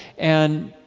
and,